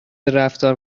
رفتار